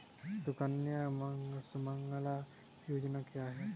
सुकन्या सुमंगला योजना क्या है?